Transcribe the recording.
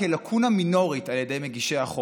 האמת היא שזה נראה כמו שוק.